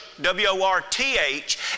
W-O-R-T-H